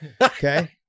Okay